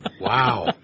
Wow